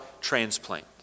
transplant